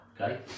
okay